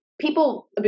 people